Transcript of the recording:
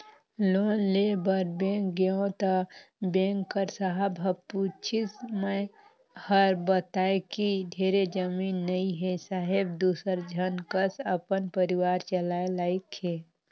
loan लेय बर bank गेंव त बेंक कर साहब ह पूछिस मै हर बतायें कि ढेरे जमीन नइ हे साहेब दूसर झन कस अपन परिवार चलाय लाइक हे